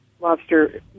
lobster